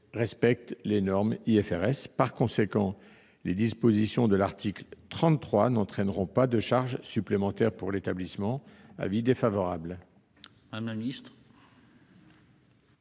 respecte les normes IFRS. Par conséquent, les dispositions de l'article 33 n'entraîneront pas de charges supplémentaires pour l'établissement. Quel est l'avis